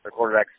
quarterbacks